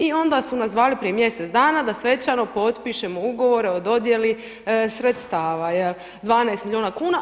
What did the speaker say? I onda su nas zvali prije mjesec dana da svečano potpišemo ugovor o dodjeli sredstava 12 milijuna kuna.